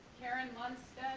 karin lundstedt.